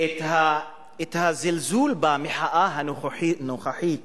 הזלזול במחאה הנוכחית